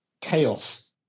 chaos